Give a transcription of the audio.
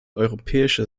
europäische